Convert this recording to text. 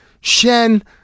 Shen